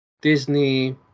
Disney